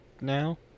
now